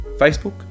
Facebook